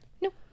no